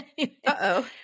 Uh-oh